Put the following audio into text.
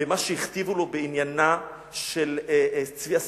במה שהכתיבו לו בעניינה של צביה שריאל.